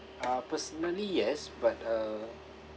uh personally yes but uh